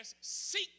seek